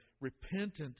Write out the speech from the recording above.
Repentance